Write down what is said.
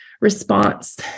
response